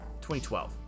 2012